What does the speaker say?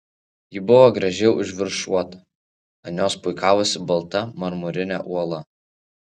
ji buvo gražiai užviršuota ant jos puikavosi balta marmurinė uola